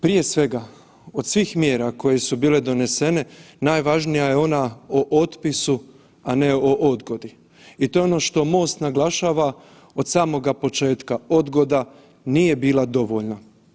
Prije svega, od svih mjera koje su bile donesene, najvažnija je ona o otpisu, a ne o odgodi i to je ono što MOST naglašava od samoga početka, odgoda nije bila dovoljna.